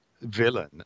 villain